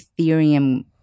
Ethereum